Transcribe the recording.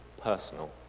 personal